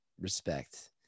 respect